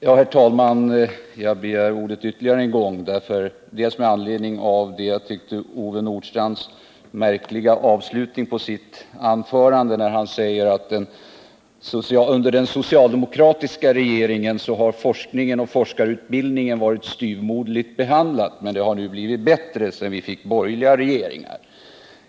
Herr talman! Jag har begärt ordet ytterligare en gång, bl.a. på grund av den som jag tyckte märkliga avslutningen på Ove Nordstrandhs anförande, där han sade att forskningen och forskarutbildningen varit styvmoderligt behandlade under de socialdemokratiska regeringarnas tid men att det nu blivit bättre sedan vi fått borgerliga regeringar.